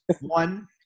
One